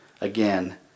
again